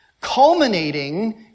culminating